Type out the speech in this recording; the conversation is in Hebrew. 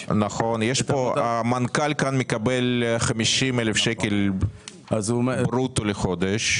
המנכ"ל מקבל 50 אלף שקל ברוטו לחודש.